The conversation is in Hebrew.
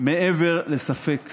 מעבר לספק סביר.